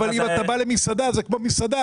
אם אתה בא למסעדה, זה כמו מסעדה.